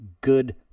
good